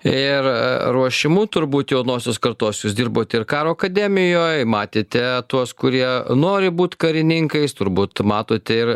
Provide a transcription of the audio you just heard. ir ruošimu turbūt jaunosios kartos jūs dirbot ir karo akademijoj matėte tuos kurie nori būt karininkais turbūt matote ir